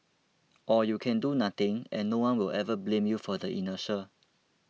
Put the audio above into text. or you can do nothing and no one will ever blame you for the inertia